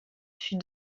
fut